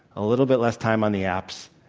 a little bit less time on the apps,